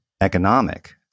economic